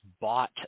bought